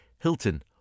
Hilton